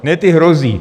Ne, ty hrozí.